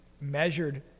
measured